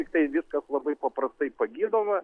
tiktai viskas labai paprastai pagydoma